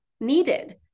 needed